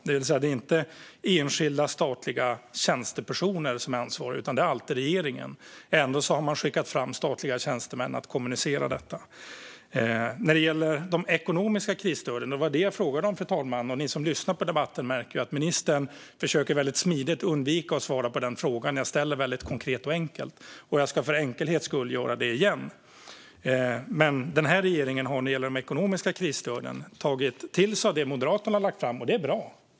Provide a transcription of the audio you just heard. Det är inte enskilda statliga tjänstepersoner som är ansvariga, utan det är alltid regeringen. Ändå har man skickat fram statliga tjänstemän att kommunicera detta. Jag frågade om de ekonomiska krisstöden, fru talman. Ni som lyssnar på debatten märker ju att ministern väldigt smidigt försöker undvika att svara på den fråga som jag väldigt konkret och enkelt ställde, och jag ska för enkelhetens skull ställa den igen senare. När det gäller de ekonomiska krisstöden har den här regeringen tagit till sig av det som Moderaterna har lagt fram, och det är bra.